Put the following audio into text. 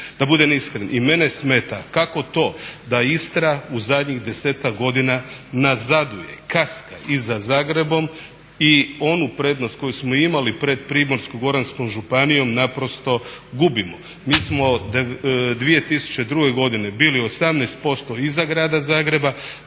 Da budem iskren i mene smeta kako to da Istra u zadnjih 10-ak godina nazaduje, kaska i za Zagrebom i onu prednost koju smo imali pred Primorsko-goranskom županijom naprosto gubimo. Mi smo 2002. godine bili 18% iza Grada Zagreba,